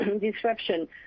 disruption